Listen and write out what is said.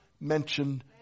mentioned